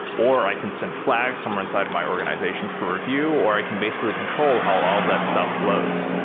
or i can send flags somewhere inside of my organization for review, or i can basically control how all of that stuff flows.